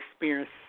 experience